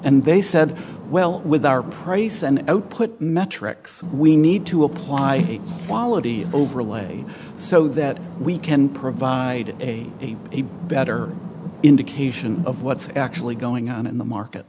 and they said well with our price and output metrics we need to apply quality overlay so that we can provide a better indication of what's actually going on in the market